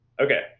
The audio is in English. Okay